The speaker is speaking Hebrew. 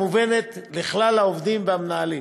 המובנת לכלל העובדים והמנהלים,